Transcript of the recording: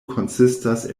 konsistas